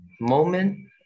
moment